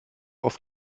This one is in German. auf